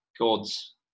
God's